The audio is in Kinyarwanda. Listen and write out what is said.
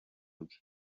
bwe